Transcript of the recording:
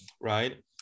right